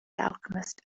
alchemist